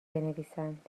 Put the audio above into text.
بنویسند